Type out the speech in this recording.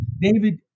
David